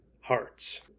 hearts